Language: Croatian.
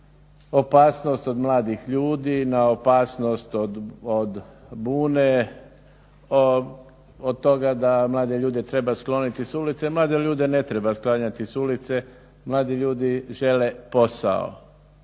na opasnost od mladih ljudi, na opasnost od bune, od toga da mlade ljude treba skloniti s ulice. Mlade ljude ne treba sklanjati s ulice, mladi ljudi žele posao.